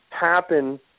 happen